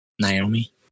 Naomi